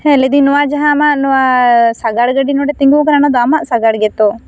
ᱦᱮᱸ ᱞᱟᱹᱭᱫᱤᱧ ᱱᱚᱣᱟ ᱡᱟᱦᱟᱸ ᱟᱢᱟᱜ ᱱᱚᱣᱟ ᱥᱟᱜᱟᱲ ᱜᱟᱹᱰᱤ ᱱᱚᱸᱰᱮ ᱛᱤᱸᱜᱩᱣᱟᱠᱟᱱᱟ ᱚᱱᱟ ᱫᱚ ᱟᱢᱟᱜ ᱥᱟᱜᱟᱲ ᱜᱮᱛᱚ